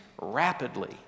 rapidly